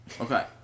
Okay